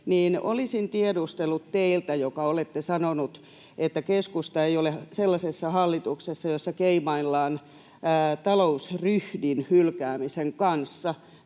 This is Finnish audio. Olisin tiedustellut teiltä, joka olette sanonut, että keskusta ei ole sellaisessa hallituksessa, jossa keimaillaan talousryhdin hylkäämisen kanssa: